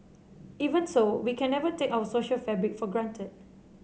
even so we can never take our social fabric for granted